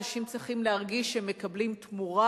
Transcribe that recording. האנשים צריכים להרגיש שהם מקבלים תמורה,